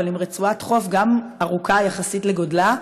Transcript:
אבל עם רצועת חוף גם ארוכה יחסית לגודלה,